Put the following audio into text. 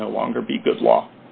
should no longer be good law